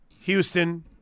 Houston